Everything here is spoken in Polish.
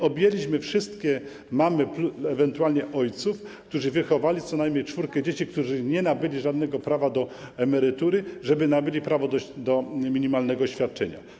Objęliśmy wszystkie mamy, ewentualnie ojców, którzy wychowali co najmniej czwórkę dzieci i którzy nie nabyli żadnego prawa do emerytury, prawem do minimalnego świadczenia.